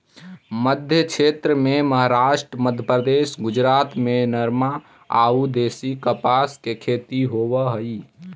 मध्मक्षेत्र में महाराष्ट्र, मध्यप्रदेश, गुजरात में नरमा अउ देशी कपास के खेती होवऽ हई